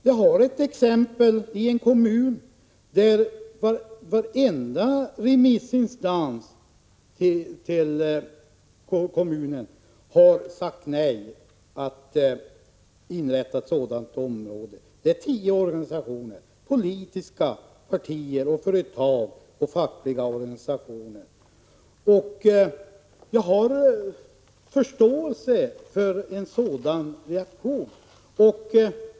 Jag har ett exempel på en kommun, där varenda remissinstans har sagt nej till inrättandet av ett sådant område. Det är här fråga om tio organisationer, politiska partier, företag och fackföreningar. Jag har förståelse för en sådan reaktion.